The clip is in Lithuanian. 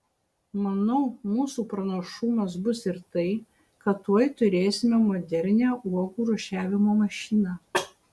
manau mūsų pranašumas bus ir tai kad tuoj turėsime modernią uogų rūšiavimo mašiną